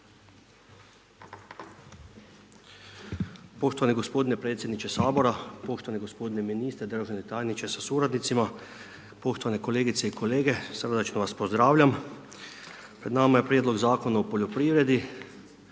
Poštovani gospodine predsjedniče Sabora, poštovani gospodine ministre, državni tajniče sa suradnicima, poštovane kolegice i kolege, srdačno vas pozdravljam. Pred nama je Prijedlog Zakona o poljoprivredi.